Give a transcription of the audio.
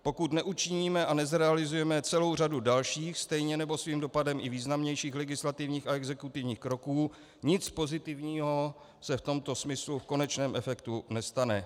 Pokud neučiníme a nezrealizujeme celou řadu dalších, stejně nebo svým dopadem i významnějších legislativních a exekutivních kroků, nic pozitivního se v tomto smyslu v konečném efektu nestane.